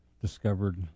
discovered